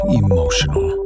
emotional